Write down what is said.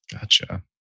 Gotcha